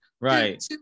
right